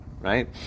right